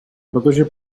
protože